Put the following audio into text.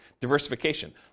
diversification